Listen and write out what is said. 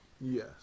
yes